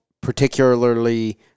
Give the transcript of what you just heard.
particularly